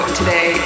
today